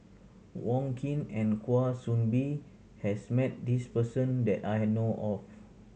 Wong Keen and Kwa Soon Bee has met this person that I know of